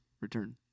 return